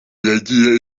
yagiye